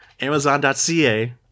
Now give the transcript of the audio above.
amazon.ca